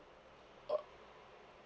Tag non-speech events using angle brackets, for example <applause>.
<noise>